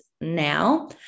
now